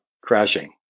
crashing